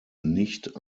nicht